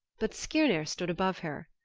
but skirnir stood above her,